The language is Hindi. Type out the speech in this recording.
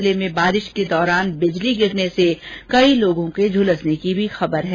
जिले में बारिश के दौरान बिजली गिरने से कई लोगों के झुलसने की खबर है